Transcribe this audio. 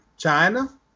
China